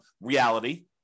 reality